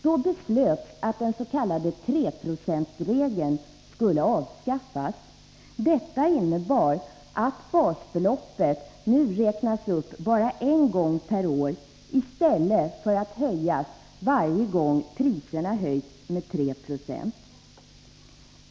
Då beslöts att den s.k. 3-procentsregeln skulle avskaffas. Detta innebar att basbeloppet räknas upp bara en gång per år, i stället för att höjas varje gång priserna höjts med 3 90.